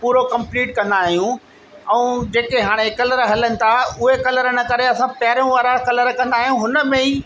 पूरो कम्पलीट कंदा आहियूं ऐं जेके हाणे कलर हलनि था उहे कलर न करे असां पहिरियों वारा कलर कंदा आहियूं हुन में ई